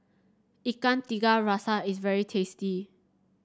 Ikan Tiga Rasa is very tasty